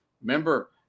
Remember